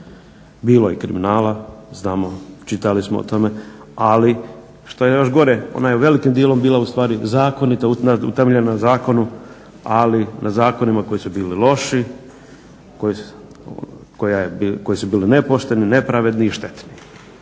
bilo je kriminala, znamo, čitali smo o tome. Ali što je još gore ona je velikim dijelom bila ustvari zakonita, utemeljena na zakonu, ali na zakonima koji su bili loši, koji su bili nepošteni, nepravedni i štetni.